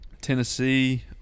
Tennessee